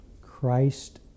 Christ